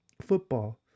football